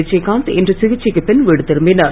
விஜயகாந்த் இன்று சிகிச்சைக்கு பின் வீடு திரும்பினார்